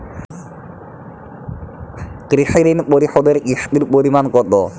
কৃষি ঋণ পরিশোধের কিস্তির পরিমাণ কতো?